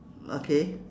okay